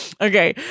Okay